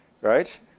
Right